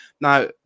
Now